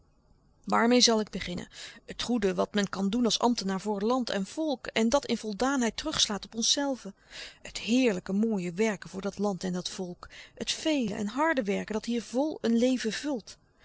waarmeê zal ik beginnen het goede wat men kan doen als ambtenaar voor land en volk en dat in voldaanheid terugslaat op onszelve het heerlijke mooie werken voor dat land en dat volk het vele en harde werken dat hier vol een leven vult